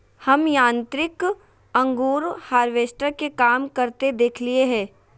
हम यांत्रिक अंगूर हार्वेस्टर के काम करते देखलिए हें